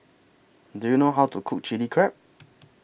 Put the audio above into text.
Do YOU know How to Cook Chilli Crab